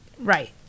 right